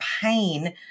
pain